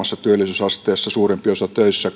työllisyysaste ikääntyvistä suurempi osa töissä